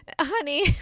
Honey